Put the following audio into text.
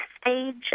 stage